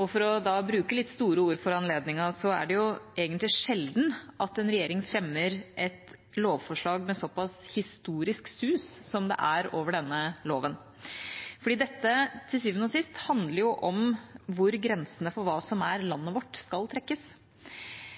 For å bruke litt store ord for anledningen så er det egentlig sjelden at en regjering fremmer et lovforslag med et såpass historisk sus som det er over denne loven. For dette handler til syvende og sist om hvor grensene for hva som er landet vårt, skal trekkes.